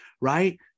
right